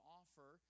offer